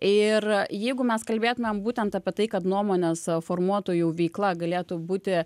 ir jeigu mes kalbėtumėm būtent apie tai kad nuomonės formuotojų veikla galėtų būti